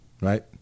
Right